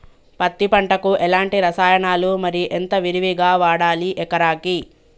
పత్తి పంటకు ఎలాంటి రసాయనాలు మరి ఎంత విరివిగా వాడాలి ఎకరాకి?